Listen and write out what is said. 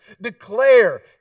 Declare